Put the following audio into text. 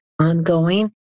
ongoing